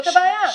זו הבעיה.